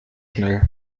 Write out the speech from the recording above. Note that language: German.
schnell